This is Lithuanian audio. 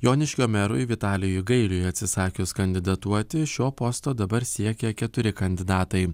joniškio merui vitalijui gailiui atsisakius kandidatuoti šio posto dabar siekia keturi kandidatai